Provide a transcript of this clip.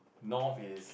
north is